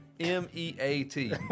M-E-A-T